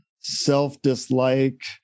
self-dislike